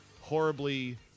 horribly